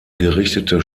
gerichtete